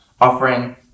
offering